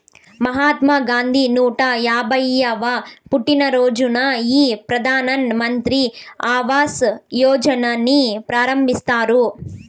మహాత్మా గాంధీ నూట యాభైయ్యవ పుట్టినరోజున ఈ ప్రధాన్ మంత్రి ఆవాస్ యోజనని ప్రారంభించారు